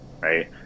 right